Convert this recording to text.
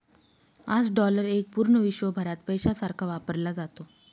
आज डॉलर एक पूर्ण विश्वभरात पैशासारखा वापरला जातो